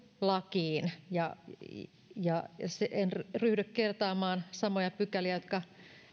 lakiin en ryhdy kertaamaan samoja pykäliä jotka